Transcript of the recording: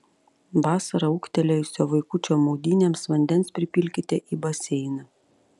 vasarą ūgtelėjusio vaikučio maudynėms vandens pripilkite į baseiną